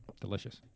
Delicious